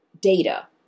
data